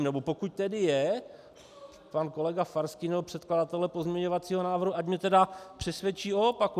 Nebo pokud tedy je pan kolega Farský nebo předkladatelé pozměňovacího návrhu, ať mě tedy přesvědčí o opaku.